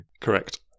Correct